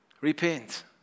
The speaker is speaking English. repent